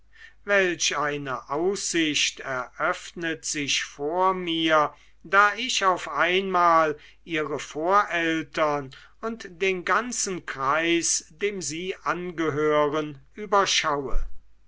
welch eine aussicht eröffnet sich vor mir da ich auf einmal ihre voreltern und den ganzen kreis dem sie angehören